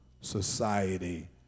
society